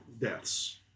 deaths